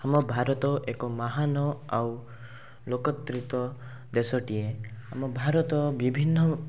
ଆମ ଭାରତ ଏକ ମହାନ ଆଉ ଲୋକତ୍ରିତ ଦେଶଟିଏ ଆମ ଭାରତ ବିଭିନ୍ନ